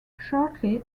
shortly